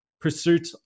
pursuit